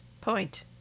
Point